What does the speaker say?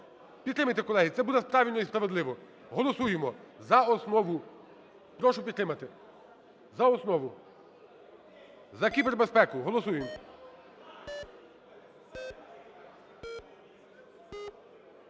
Підтримайте, колеги, це буде правильно і справедливо. Голосуємо. Прошу підтримати. За основу. За кібербезпеку. Голосуємо.